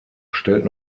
stellt